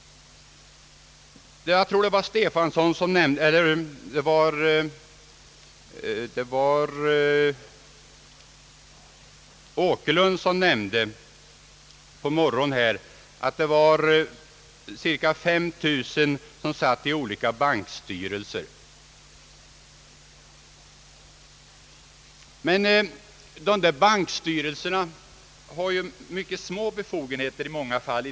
Herr Åkerlund nämnde i förmiddags att cirka 5 000 personer satt i olika bankstyrelser. Men dessa bankstyrelser har ju mycket små befogenheter.